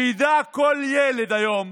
שידע כל ילד היום